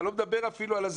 אתה לא מדבר אפילו על ה-,